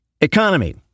Economy